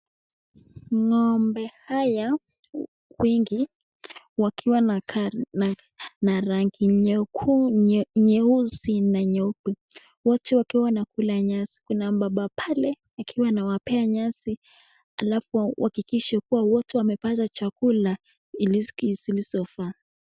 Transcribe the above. Ng'ombe hawa wengi wakiwa na rangi nyeusi na nyeupe, wote wakiwa wanakula nyasi, kuna mbaba pale akiwa anawapea nyasi halafu ahakikishe kuwa wote wamepata chakula zilizofaa